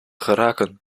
geraken